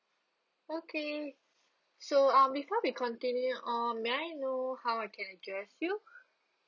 okay so um before we continue uh may I know how I can address you